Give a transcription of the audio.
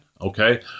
okay